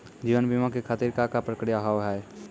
जीवन बीमा के खातिर का का प्रक्रिया हाव हाय?